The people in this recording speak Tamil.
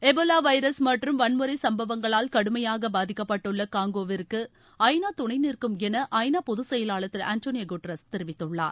எபோலா வைரஸ் மற்றும் வன்முறை சம்பவங்களால் கடுமையாக பாதிக்கப்பட்டுள்ள காங்கோவிற்கு ஐ நா துணை நிற்கும் என ஐ நா பொதுச்செயலாளர் திரு அன்டோனியா குட்ரஸ் தெரிவித்துள்ளார்